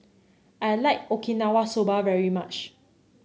I like Okinawa Soba very much